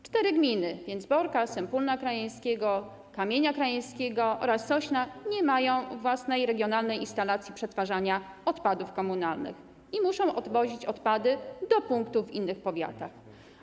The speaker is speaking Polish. Cztery gminy: Więcbork, Sępólno Krajeńskie, Kamień Krajeński oraz Sośno nie mają własnej regionalnej instalacji przetwarzania odpadów komunalnych i muszą odwozić odpady do punktów w innych powiatach.